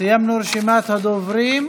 סיימנו את רשימת הדוברים.